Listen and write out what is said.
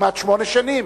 כמעט שמונה שנים.